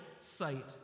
sight